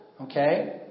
Okay